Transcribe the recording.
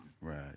right